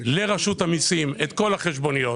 לרשות המיסים את כל החשבוניות.